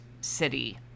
city